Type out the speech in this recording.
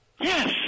Yes